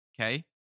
okay